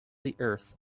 earth